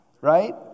right